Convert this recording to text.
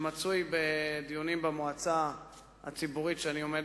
שמצוי בדיונים במועצה הציבורית שאני עומד